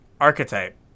archetype